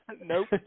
Nope